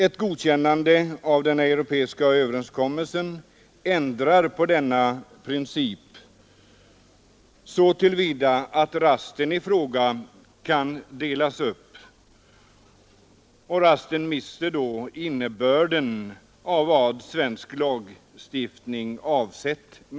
Ett godkännande av den europeiska överenskommelsen medför ändring av denna princip så till vida att rasten i fråga kan delas upp. Rasten mister då innebörden i begreppet rast enligt svensk lagstiftning.